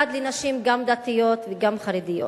אחד לנשים גם דתיות וגם חרדיות.